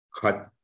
cut